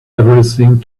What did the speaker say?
everything